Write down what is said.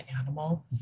animal